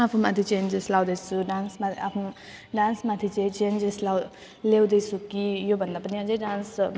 आफूमाथि चेन्जेस ल्याउँदैछु डान्समा आफू डान्समाथि चाहिँ चेन्जेसलाई ल्याउँ ल्याउँदैछु कि योभन्दा पनि अझै राम्रो छ